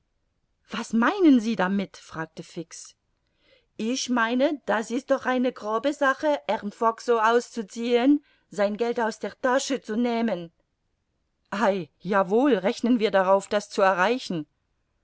was meinen sie damit fragte fix ich meine das ist doch eine grobe sache herrn fogg so auszuziehen sein geld aus der tasche zu nehmen ei ja wohl rechnen wir darauf das zu erreichen